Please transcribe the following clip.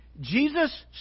Jesus